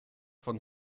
von